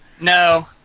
No